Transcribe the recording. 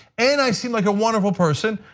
and i seem like a wonderful person,